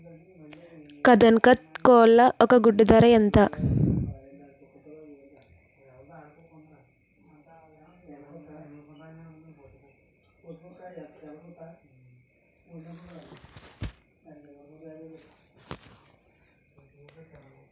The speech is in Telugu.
కదక్నత్ కోళ్ల ఒక గుడ్డు ధర ఎంత?